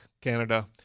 Canada